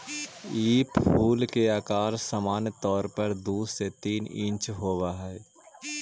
ई फूल के अकार सामान्य तौर पर दु से तीन इंच होब हई